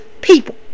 people